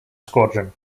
squadron